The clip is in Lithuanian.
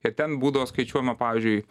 ir ten būdavo skaičiuojama pavyzdžiui